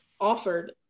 offered